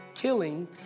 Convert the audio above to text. killing